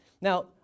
now